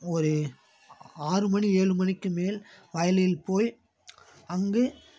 ஒரு ஆறு மணி ஏழு மணிக்கு மேல் வயலில் போய் அங்கே